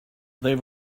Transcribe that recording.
they